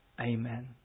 Amen